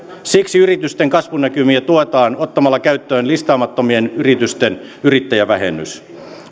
siksi yritysten kasvunäkymiä tuetaan ottamalla käyttöön listaamattomien yritysten yrittäjävähennys